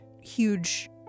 huge